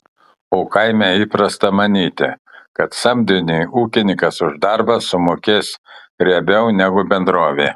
o kaime įprasta manyti kad samdiniui ūkininkas už darbą sumokės riebiau negu bendrovė